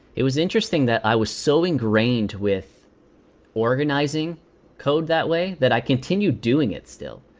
it was interesting that i was so ingrained with organizing code that way, that i continued doing it still.